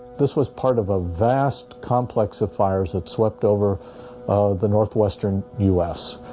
this was part of a vast complex of fires that swept over the northwestern us.